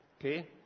Okay